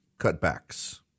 cutbacks